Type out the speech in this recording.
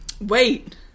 Wait